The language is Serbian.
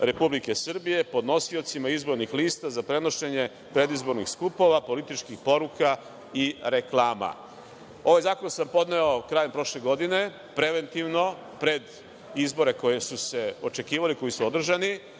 Republike Srbije podnosiocima izbornih lista za prenošenje predizbornih skupova, političkih poruka i reklama. Ovaj zakon sam podneo krajem prošle godine, preventivno, pred izbore koji su se očekivali, koji su održani.